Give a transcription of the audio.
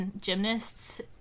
gymnasts